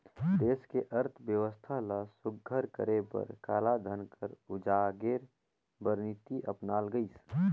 देस के अर्थबेवस्था ल सुग्घर करे बर कालाधन कर उजागेर बर नीति अपनाल गइस